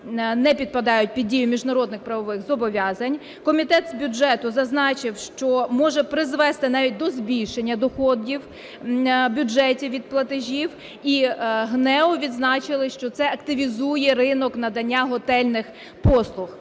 не підпадають під дію міжнародних правових зобов'язань. Комітет з бюджету зазначив, що може призвести навіть до збільшення доходів в бюджеті від платежів. І ГНЕУ відзначили, що це активізує ринок надання готельних послуг.